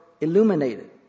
illuminated